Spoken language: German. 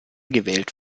gewählt